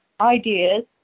ideas